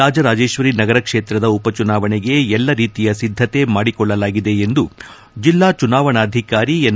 ರಾಜರಾಜೇಶ್ವರಿ ನಗರ ಕ್ಷೇತ್ರದ ಉಪ ಚುನಾವಣೆಗೆ ಎಲ್ಲಾ ರೀತಿಯ ಸಿದ್ದತೆ ಮಾಡಿಕೊಳ್ಳಲಾಗಿದೆ ಎಂದು ಜಿಲ್ಲಾ ಚುನಾವಣಾಧಿಕಾರಿ ಎನ್